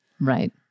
Right